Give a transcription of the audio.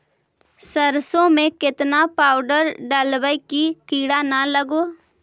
सरसों में केतना पाउडर डालबइ कि किड़ा न लगे?